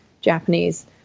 Japanese